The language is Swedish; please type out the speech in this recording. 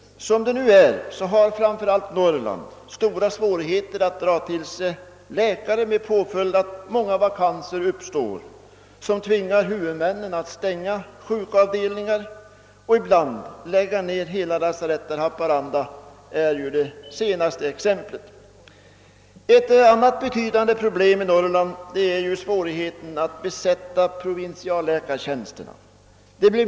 Som det nu är har framför allt Norrland stora svårigheter att dra till sig läkare, med påföljd att många vakanser uppstår som tvingar huvudmännen att stänga sjukavdelningar och ibland lägga ned verksamheten vid hela lasarett — Haparanda är ju det senaste exemplet. Ett annat betydande problem i Norrland är svårigheten att besätta provinsialläkartjänsterna.